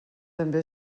també